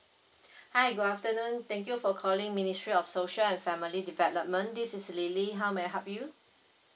hi good afternoon thank you for calling ministry of social and family development this is lily how may I help you